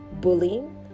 bullying